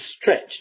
stretched